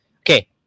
Okay